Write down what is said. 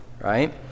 right